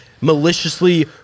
maliciously